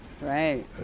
Right